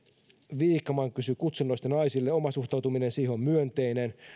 vikman kysyi kutsunnoista naisille oma suhtautumiseni siihen on myönteinen